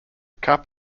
cup